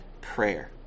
prayer